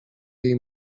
jej